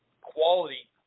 quality